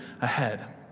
ahead